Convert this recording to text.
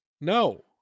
no